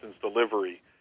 delivery